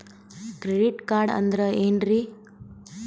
Credit card ಅಂದ್ರ ಏನ್ರೀ?